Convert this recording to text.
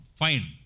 fine